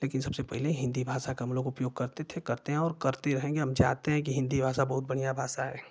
लेकिन सबसे पहले हिन्दी भाषा का हम लोग उपयोग करते थे करते हैं और करते रहेंगे हम चाहते हैं कि हिन्दी भाषा बहुत बढ़िया भाषा है